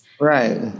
right